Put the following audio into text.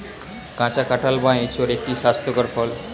কাঁচা কাঁঠাল বা এঁচোড় একটি স্বাস্থ্যকর ফল